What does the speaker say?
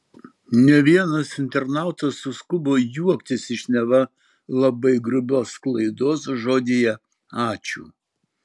ne vienas internautas suskubo juoktis iš neva labai grubios klaidos žodyje ačiū